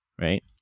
right